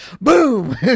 boom